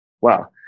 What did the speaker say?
Wow